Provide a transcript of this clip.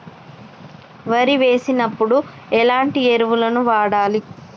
వరి వేసినప్పుడు ఎలాంటి ఎరువులను వాడాలి?